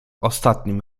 ostatnim